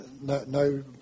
no